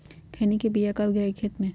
खैनी के बिया कब गिराइये खेत मे?